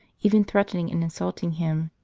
even threaten ing and insulting him.